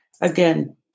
again